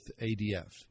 ADF